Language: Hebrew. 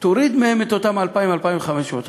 תוריד מהם את אותם 2,000 2,500 ש"ח,